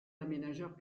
aménageurs